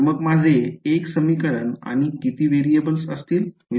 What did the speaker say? तर मग माझे 1 समीकरण आणि किती व्हेरिएबल्स असेल